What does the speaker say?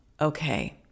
okay